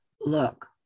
look